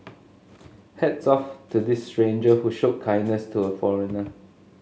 hats off to this stranger who showed kindness to a foreigner